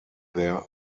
there